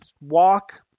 Walk